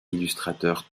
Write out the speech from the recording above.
illustrateur